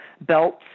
belts